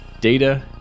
data